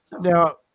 Now